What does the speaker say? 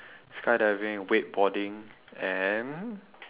skydiving wakeboarding and